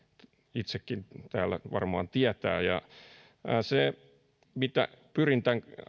itsekin täällä varmaan tietää se mitä pyrin tämän